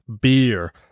beer